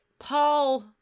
Paul